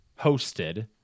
hosted